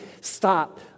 stop